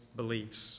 beliefs